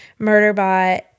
Murderbot